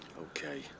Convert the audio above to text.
Okay